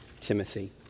Timothy